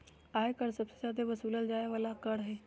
आय कर सबसे जादे वसूलल जाय वाला कर हय